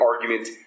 argument